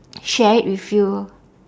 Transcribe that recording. share it with you